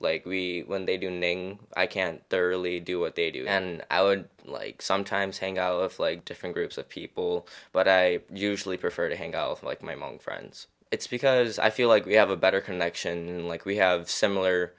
like we when they do nothing i can't really do what they do and i would like sometimes hang out with like different groups of people but i usually prefer to hang out with like my mom friends it's because i feel like we have a better connection and like we have similar